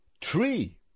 tree